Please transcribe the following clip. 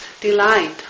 delight